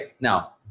Now